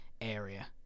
area